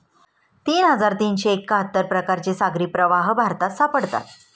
तीन हजार तीनशे एक्काहत्तर प्रकारचे सागरी प्रवाह भारतात सापडतात